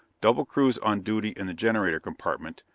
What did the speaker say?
double crews on duty in the generator compartment,